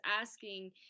asking